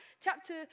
chapter